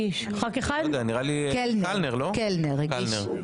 קלנר הגיש.